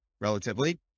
relatively